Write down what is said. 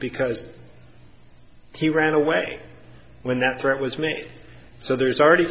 because he ran away when that threat was made so there's already